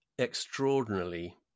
extraordinarily